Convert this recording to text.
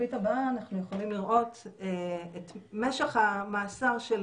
בשקופית הבאה אנחנו יכולים לראות את משך המאסר של